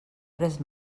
pres